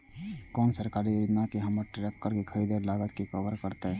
कोन सरकारी योजना हमर ट्रेकटर के खरीदय के लागत के कवर करतय?